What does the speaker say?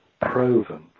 proven